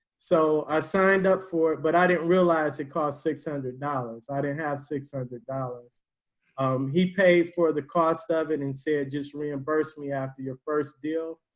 so i signed up for it, but i didn't realize it called six hundred dollars i didn't have six hundred dollars he paid for the cost of and instead just reimbursed me after your first deal.